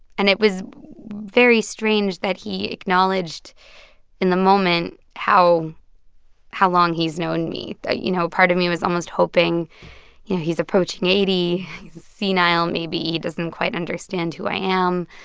and it was very strange that he acknowledged in the moment how how long he's known me. but you know, part of me was almost hoping you know, he's approaching eighty, he's senile, maybe he doesn't quite understand who i am.